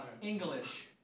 English